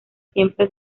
siempre